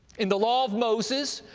in the law of moses,